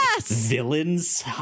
villains